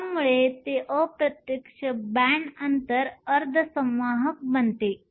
यामुळे ते अप्रत्यक्ष बॅण्ड अंतर अर्धसंवाहक बनते